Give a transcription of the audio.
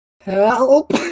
Help